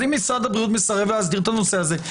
אם משרד הבריאות מסרב להסדיר את הנושא הזה,